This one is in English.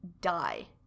die